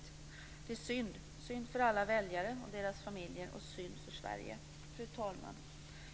Det är synd, synd för alla väljare och deras familjer och synd för Sverige. Fru talman!